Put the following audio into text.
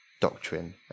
doctrine